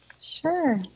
Sure